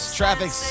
traffic